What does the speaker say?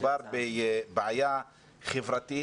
מדובר בבעיה חברתית.